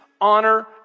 honor